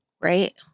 right